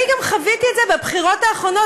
אני גם חוויתי את זה בבחירות האחרונות.